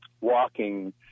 walking